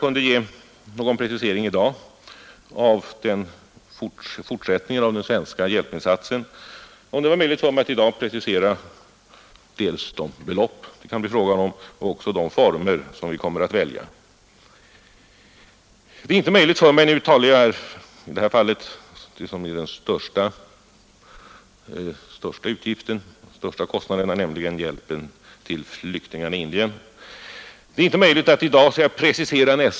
Fru Nettelbrandt frågade om jag i dag kan precisera fortsättningen av den svenska hjälpinsatsen, dels de belopp som det kan bli fråga om, dels de former vi kommer att välja. Det är emellertid inte möjligt för mig att i dag precisera nästa etapp. Jag talar nu om det som innebär de största kostnaderna, nämligen hjälpen till flyktingarna i Indien.